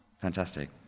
Fantastic